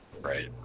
Right